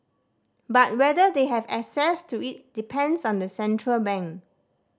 but whether they have access to it depends on the central bank